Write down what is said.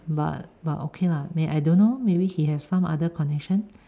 but but okay lah may~ I don't know maybe he have some other connection